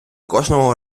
кожного